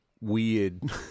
weird